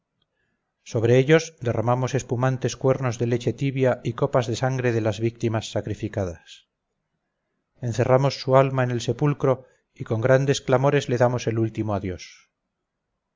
sobre ellos derramamos espumantes cuernos de leche tibia y copas de sangre de las víctimas sacrificadas encerramos su alma en el sepulcro y con grandes clamores le damos el último adiós